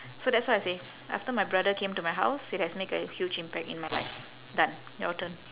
so that's why I say after my brother came to my house it has make a huge impact in my life done your turn